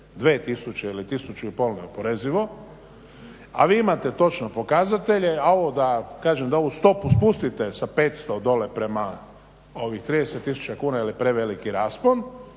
2000 ili 1500 neoporezivo a vi imate pokazatelje a ovo da, kažem da ovu stupu spustite sa 500 dole premda ovih 30 tisuća kuna jer je preveliki raspon